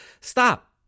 stop